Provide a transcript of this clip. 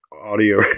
audio